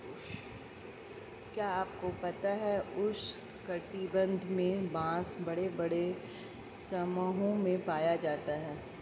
क्या आपको पता है उष्ण कटिबंध में बाँस बड़े बड़े समूहों में पाया जाता है?